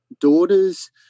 daughters